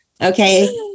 Okay